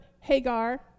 Hagar